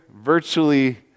virtually